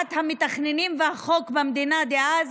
דעת המתכננים והחוק במדינה דאז,